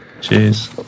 Cheers